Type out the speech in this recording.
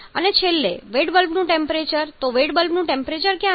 અને છેલ્લે વેટ બલ્બનું ટેમ્પરેચર તો વેટ બલ્બનું ટેમ્પરેચર ક્યાં છે